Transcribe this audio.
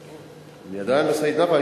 אני עדיין בסעיד נפאע.